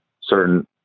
certain